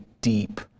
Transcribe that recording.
deep